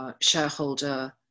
shareholder